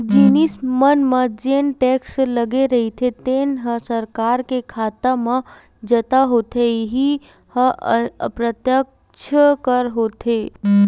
जिनिस मन म जेन टेक्स लगे रहिथे तेन ह सरकार के खाता म जता होथे इहीं ह अप्रत्यक्छ कर होथे